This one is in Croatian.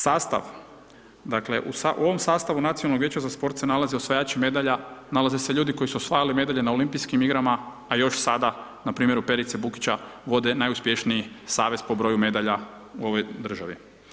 Sastav, dakle, u ovom sastavu Nacionalnog vijeća za sport se nalaze osvajači medalja, nalaze se ljudi koji su osvajali medalje na Olimpijskim igrama, a još sada npr. u Perica Bukića vode najuspješniji savez po broju medalja u ovoj državi.